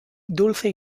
dulce